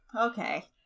Okay